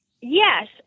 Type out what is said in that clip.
Yes